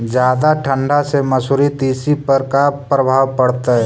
जादा ठंडा से मसुरी, तिसी पर का परभाव पड़तै?